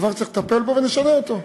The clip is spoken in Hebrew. זה דבר שצריך לטפל בו, ונשנה אותו,